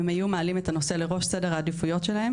אם היו מעלים את הנושא לראש סדר העדיפויות שלהם